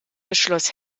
beschloss